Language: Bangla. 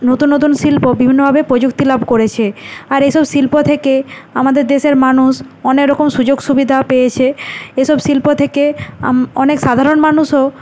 নতুন নতুন শিল্প বিভিন্নভাবে প্রযুক্তি লাভ করেছে আর এইসব শিল্প থেকে আমাদের দেশের মানুষ অনেক রকম সুযোগ সুবিধা পেয়েছে এইসব শিল্প থেকে অনেক সাধারণ মানুষও